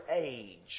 age